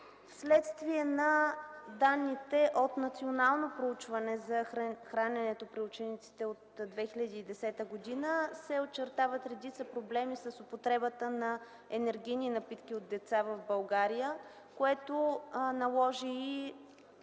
Вследствие на данните от Национално проучване за храненето при учениците от 2010 г. се очертават редица проблеми с употребата на енергийни напитки от деца в България, което наложи и